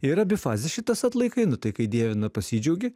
ir abi fazės šitas atlaikai nu tai kai dievina pasidžiaugi